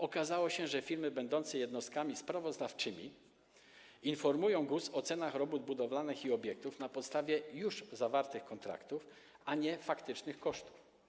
Okazało się, że firmy będące jednostkami sprawozdawczymi informują GUS o cenach robót budowlanych i obiektów na podstawie już zawartych kontraktów, a nie faktycznych kosztów.